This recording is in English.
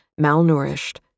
malnourished